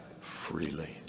freely